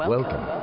Welcome